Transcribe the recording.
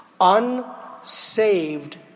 Unsaved